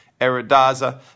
Eridaza